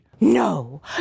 No